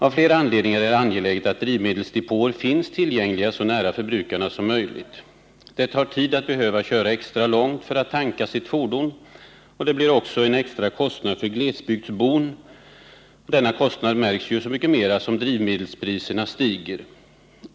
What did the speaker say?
Av flera anledningar är det angeläget att drivmedelsdepåer finns tillgängliga så nära förbrukarna som möjligt. Det tar tid att behöva köra extra långt för att tanka sitt fordon, och det blir också en extra kostnad för glesbygdsbon. Denna kostnad märks så mycket mera som drivmedelspriserna stiger.